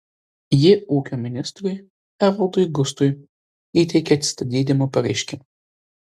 ji ūkio ministrui evaldui gustui įteikė atsistatydinimo pareiškimą